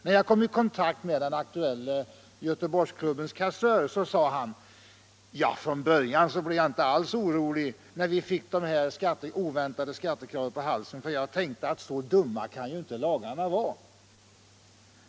När jag kom i kontakt med den aktuella Göteborgsklubbens kassör, så sade han: ”Från början blev jag aldrig orolig, när vi fick det oväntade skattekravet på halsen, för jag tänkte att så dumma kan ju inte lagarna vara!